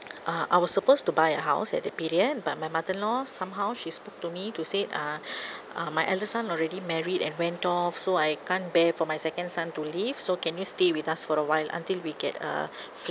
uh I supposed to buy a house at the period but my mother in law somehow she spoke to me to say uh uh my elder son already married and went off so I can't bear for my second son to leave so can you stay with us for a while until we get a flat